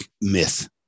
myth